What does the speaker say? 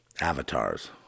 avatars